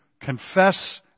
confess